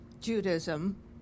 Judaism